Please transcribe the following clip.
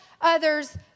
others